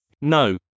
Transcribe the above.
No